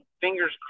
fingers